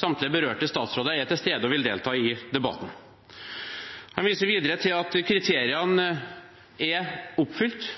samtlige berørte statsråder er til stede og vil delta i debatten. Han viser videre til at kriteriene er oppfylt,